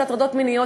של הטרדות מיניות,